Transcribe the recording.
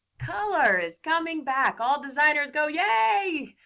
color is coming back. all designers go, yay.